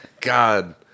God